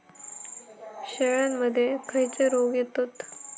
शेळ्यामध्ये खैचे रोग येतत?